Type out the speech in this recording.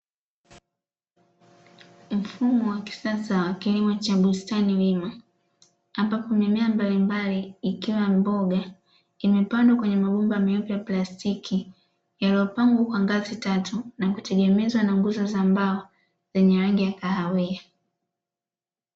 Mfumo wa kisasa wa kilimo cha bustani wima ambapo mimea mbalimbali ikiwa ya mboga, imepandwa kwenye mabomba meupe ya plastiki yaliyopangwa kwa ngazi tatu na kutegemeza na nguzo za mbao zenye rangi ya kahawia.